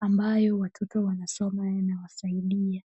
ambayo watoto wanasoma na inawasaidia.